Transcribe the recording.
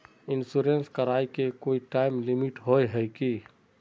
Insurance कराए के कोई टाइम लिमिट होय है की?